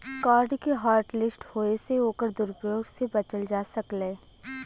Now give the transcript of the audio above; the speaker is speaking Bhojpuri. कार्ड के हॉटलिस्ट होये से ओकर दुरूप्रयोग से बचल जा सकलै